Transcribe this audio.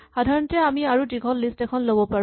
সাধাৰণতে আমি আৰু দীঘল লিষ্ট এখন ল'ব পাৰো